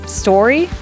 story